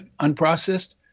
unprocessed